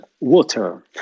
Water